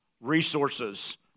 resources